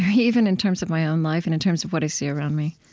ah even in terms of my own life and in terms of what i see around me